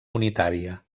unitària